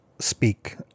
Speak